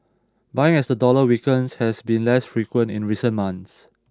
buying as the dollar weakens has been less frequent in recent months